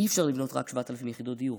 אי-אפשר לבנות רק 7,000 יחידות דיור,